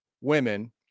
women